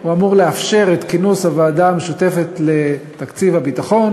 הוא אמור לאפשר את כינוס הוועדה המשותפת לתקציב הביטחון